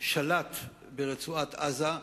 שלט ברצועת-עזה,